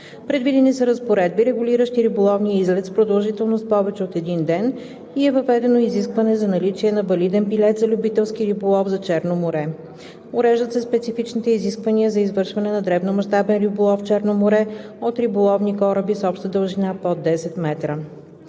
Предвидени са разпоредби, регулиращи риболовния излет с продължителност повече от един ден и е въведено изискване за наличие на валиден билет за любителски риболов за Черно море. Уреждат се специфичните изисквания за извършване на дребномащабен риболов в Черно море от риболовни кораби с обща дължина под 10 метра.